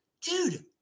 Dude